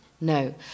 No